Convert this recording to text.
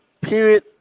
period